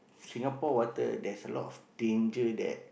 Singapore water there's a lot of danger that